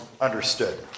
understood